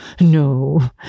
no